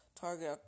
target